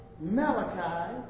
Malachi